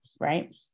right